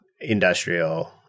industrial